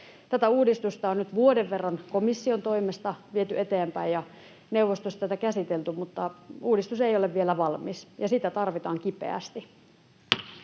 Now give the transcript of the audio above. Tätä uudistusta on nyt vuoden verran komission toimesta viety eteenpäin ja neuvostossa käsitelty, mutta uudistus ei ole vielä valmis, ja sitä tarvitaan kipeästi.